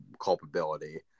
culpability